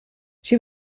she